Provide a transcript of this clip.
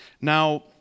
Now